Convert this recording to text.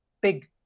big